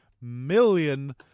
million